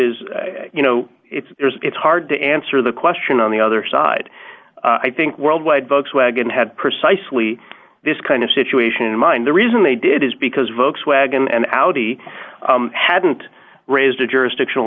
is you know it's it's hard to answer the question on the other side i think worldwide folks wagon had precisely this kind of situation in mind the reason they did is because votes wagon and audi hadn't raised a jurisdiction